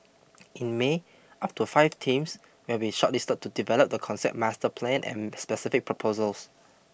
in May up to five teams will be shortlisted to develop the concept master plan and specific proposals